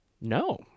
no